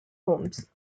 homes